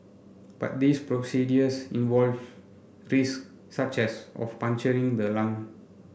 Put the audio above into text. but these procedures involve risk such as of puncturing the lung